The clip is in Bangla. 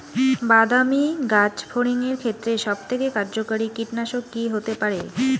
বাদামী গাছফড়িঙের ক্ষেত্রে সবথেকে কার্যকরী কীটনাশক কি হতে পারে?